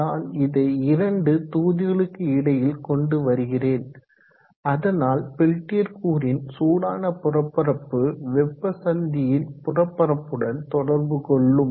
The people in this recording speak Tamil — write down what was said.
நான் இதை இரண்டு தொகுதிகளுக்கு இடையில் கொண்டு வருகிறேன் அதனால் பெல்டியர் கூறின் சூடான புறப்பரப்பு வெப்ப சந்தியின் புறப்பரப்படன் தொடர்பு கொள்ளும்